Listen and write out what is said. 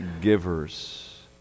givers